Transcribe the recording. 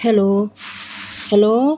hello hello